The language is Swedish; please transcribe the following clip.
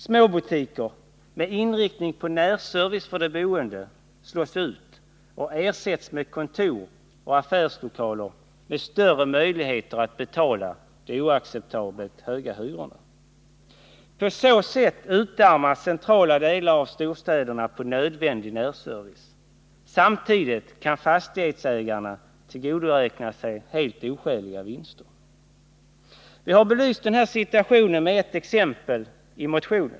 Småbutiker med inriktning på närservice för de boende slås ut och ersätts med kontor och affärslokaler, där hyresgästerna har större möjligheter att betala de oacceptabelt höga hyrorna. På så sätt utarmas centrala delar av storstäderna på nödvändig närservice. Samtidigt kan fastighetsägarna tillgodoräkna sig helt oskäliga vinster. I vår motion har vi belyst den här situationen med ett exempel.